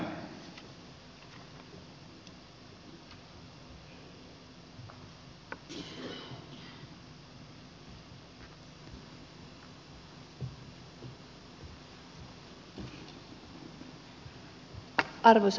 arvoisa puhemies